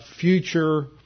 future